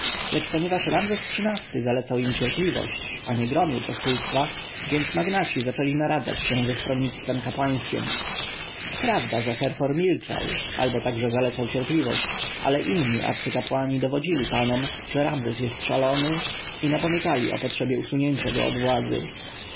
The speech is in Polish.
lecz ponieważ ramzes xiii-ty zalecał im cierpliwość a nie gromił pospólstwa więc magnaci zaczęli naradzać się ze stronnictwem kapłańskiem prawda że herhor milczał albo także zalecał cierpliwość ale inni arcykapłani dowodzili panom że ramzes jest szalony i napomykali o potrzebie usunięcia go od władzy